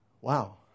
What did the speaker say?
Wow